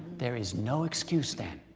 there is no excuse then,